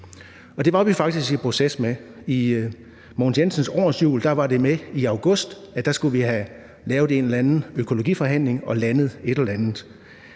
det var vi faktisk i proces med. I Mogens Jensens årshjul var det med i august, for der skulle vi have lavet en eller anden økologiforhandling og landet et eller andet.